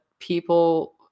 people